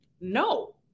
No